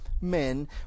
men